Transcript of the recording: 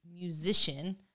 Musician